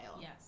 Yes